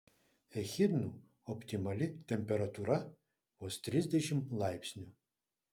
echidnų optimali temperatūra vos trisdešimt laipsnių